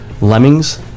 Lemmings